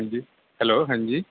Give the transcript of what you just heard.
ਹਾਂਜੀ ਹੈਲੋ ਹਾਂਜੀ